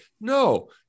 no